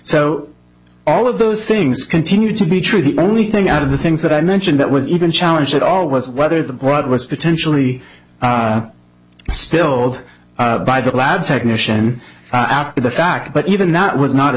so all of those things continue to be true the only thing out of the things that i mentioned that was even challenge at all was whether the blood was potentially spilled by the lab technician after the fact but even that was not a